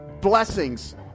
blessings